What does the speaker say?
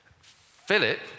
Philip